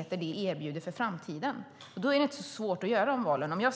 som erbjuds för framtiden. Då är det inte svårt att göra de valen.